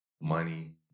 money